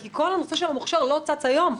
כי כל הנושא של המוכש"ר לא צץ היום,